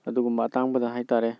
ꯑꯗꯨꯒꯨꯝꯕ ꯑꯇꯥꯡꯕꯗ ꯍꯥꯏꯇꯥꯔꯦ